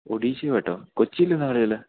ഒഡീഷയുമായിട്ടോ കൊച്ചിയില് എന്നാണ് കളിയുള്ളത്